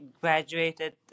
graduated